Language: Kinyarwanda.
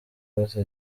bose